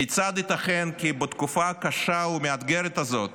כיצד ייתכן כי בתקופה הקשה והמאתגרת הזאת